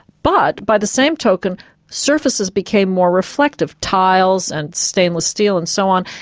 but by the same token surfaces became more reflective tiles and stainless steel and so on,